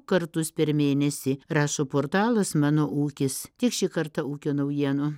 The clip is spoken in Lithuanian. kartus per mėnesį rašo portalas mano ūkis tiek šį kartą ūkio naujienų